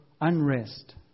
unrest